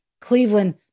Cleveland